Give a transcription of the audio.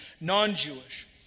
non-Jewish